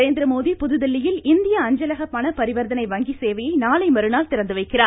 நரேந்திரமோதி புதுதில்லியில் இந்திய அஞ்சலக பணப்பரிவர்த்தனை வங்கி சேவையை நாளை மறுநாள் திறந்துவைக்கிறார்